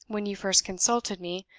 when you first consulted me,